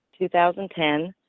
2010